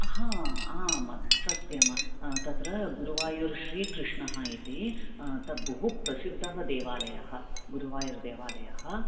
हां आम् सत्यम् तत्र गुरुवायुर् श्रीकृष्णः इति तद् बहु प्रसिद्ध देवालयः गुरुवायुरदेवालयः